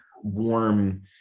warm